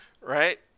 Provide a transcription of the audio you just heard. right